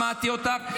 שמעתי אותך.